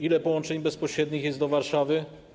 Ile połączeń bezpośrednich jest do Warszawy?